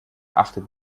achtet